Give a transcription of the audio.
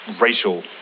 racial